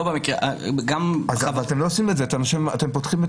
אבל אתם פותחים את